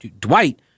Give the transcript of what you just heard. Dwight